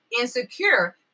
insecure